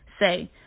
Say